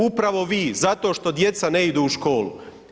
Upravo vi, zato što djeca ne idu u školu.